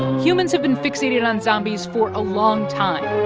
humans have been fixated on zombies for a long time.